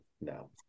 no